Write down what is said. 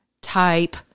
type